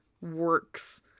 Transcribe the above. works